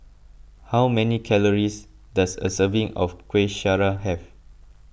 how many calories does a serving of Kuih Syara have